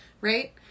right